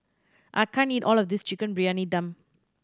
I can't eat all of this Chicken Briyani Dum